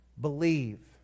believe